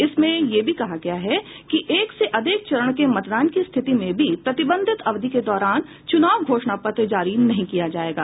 इसमें यह भी कहा गया है कि एक से अधिक चरण के मतदान की स्थिति में भी प्रतिबंधित अवधि के दौरान चुनाव घोषणा पत्र जारी नहीं किया जाएगा